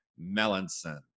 Melanson